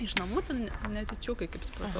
iš namų ten netyčiukai kaip supratau